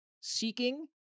seeking